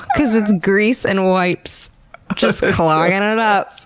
because it's grease and wipes just cloggin' it up.